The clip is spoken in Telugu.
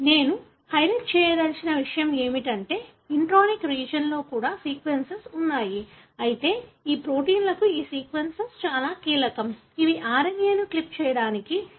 నేను హైలైట్ చేయదలిచిన విషయం ఏమిటంటే ఇంట్రానిక్ రీజియన్లో కూడా సీక్వెన్స్లు ఉన్నాయి అయితే ఈ ప్రొటీన్లకు ఈ సీక్వెన్స్ చాలా కీలకం ఇవి RNA ను క్లీవ్ చేయడానికి లేదా కట్ చేయడానికి సహాయపడతాయి